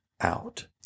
out